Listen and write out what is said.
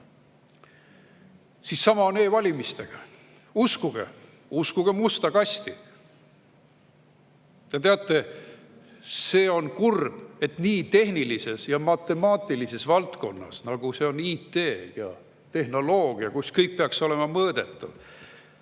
siis sama on e‑valimistega: "Uskuge! Uskuge musta kasti!" Teate, see on kurb, et nii tehnilises ja matemaatilises valdkonnas, nagu seda on IT ja tehnoloogia, kus kõik peaks olema mõõdetav,